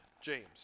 James